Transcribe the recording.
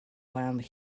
land